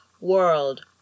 world